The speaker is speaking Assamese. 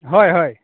হয় হয়